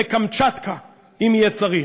ובקמצ'טקה, אם יהיה צריך: